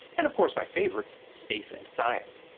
and of course my favorites, space and science.